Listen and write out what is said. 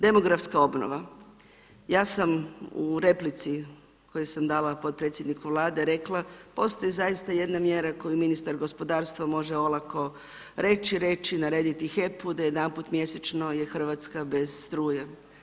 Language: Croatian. Demografska obnova, ja sam u replici koju sam dala potpredsjedniku Vlade rekla, postoj zaista jedna mjera koju ministar gospodarstva može olako reći, narediti HEP-u da jedanput mjesečno je Hrvatska bez struje.